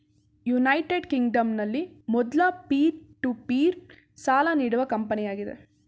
United ಕಿಂಗ್ಡಂನಲ್ಲಿ ಮೊದ್ಲ peer to peer ಸಾಲ ನೀಡುವ ಕಂಪನಿಯಾಗಿದೆ